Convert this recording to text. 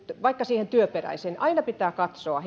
vaikka työperäisen syyn takia katsoa